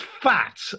fat